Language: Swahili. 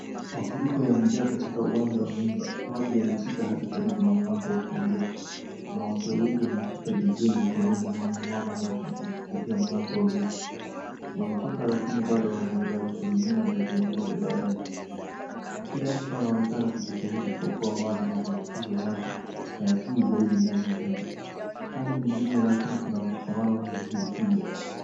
Mafuriko yamejaa katika uwanja wa nyumba, maji yamefika hadi karibu na mlango wa kuingia wanawake wawili wameshika baseni mkononi na wanamwaga maji nje kupitia mlango wa geti wamechoka lakini bado wanaendelea wakimimina baseni mmoja baada ya nyingine. Kila mtu anaonekana kujitahidi kuokoa mali na kuhakikisha maji hayatui zaidi ndani ya ,hali ni ngumu lakini kuna na mshikamano na juhudi kubwa.